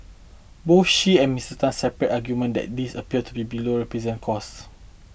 both she and Mister Tan separate arguement that this appear to be below cost